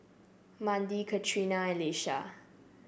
Mandie Katrina and Laisha